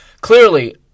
clearly